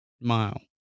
mile